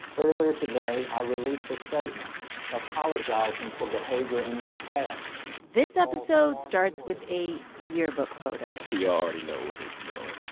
earlier today, i released a statement apologizing for behavior in my past this episode starts with a yearbook photo. so y'all already know where this is going.